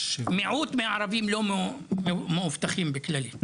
מיעוט מהערבים אינם מבוטחים בכללית,